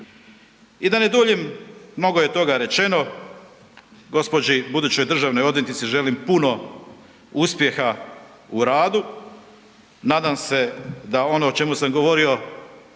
I da ne duljim, mnogo je toga rečeno, gospođi budućoj državnoj odvjetnici želim puno uspjeha u radu, nadam se da on o čemu sam govorio